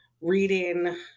reading